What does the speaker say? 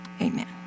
amen